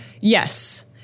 yes